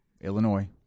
Illinois